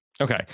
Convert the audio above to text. Okay